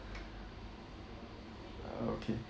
err okay